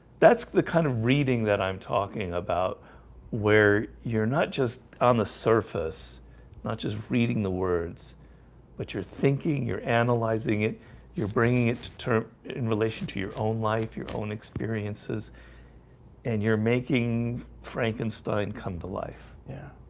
that's the kind of reading that i'm talking about where you're not just on the surface not just reading the words but you're thinking you're analyzing it you're bringing it to term in relation to your own life your own experiences and you're making frankenstein come to life. yeah,